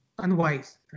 unwise